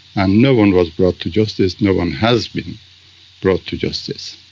and no one was brought to justice, no one has been brought to justice.